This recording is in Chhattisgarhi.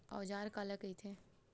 औजार काला कइथे?